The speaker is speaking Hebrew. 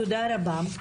תודה רבה.